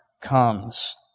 comes